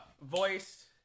voice